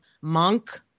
monk